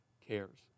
cares